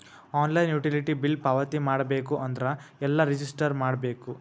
Online utility bill ಪಾವತಿ ಮಾಡಬೇಕು ಅಂದ್ರ ಎಲ್ಲ ರಜಿಸ್ಟರ್ ಮಾಡ್ಬೇಕು?